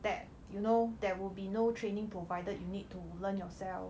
that you know there will be no training provided you need to learn yourself